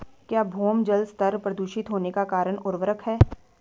क्या भौम जल स्तर प्रदूषित होने का कारण उर्वरक है?